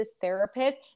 therapist